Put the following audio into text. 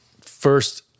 first-